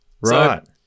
right